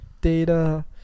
data